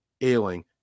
ailing